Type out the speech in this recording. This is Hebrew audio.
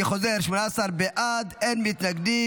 אני חוזר: 18 בעד, אין מתנגדים.